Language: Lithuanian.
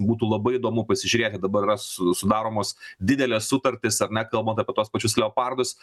būtų labai įdomu pasižiūrėti dabar yra su sudaromos didelės sutartys ar ne kalbant apie tuos pačius leopardus